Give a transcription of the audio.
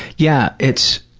yeah. it's,